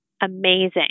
amazing